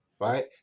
right